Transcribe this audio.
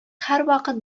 һәрвакыт